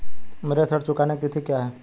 मेरे ऋण चुकाने की तिथि क्या है?